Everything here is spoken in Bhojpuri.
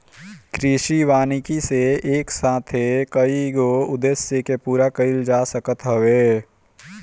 कृषि वानिकी से एक साथे कईगो उद्देश्य के पूरा कईल जा सकत हवे